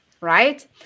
right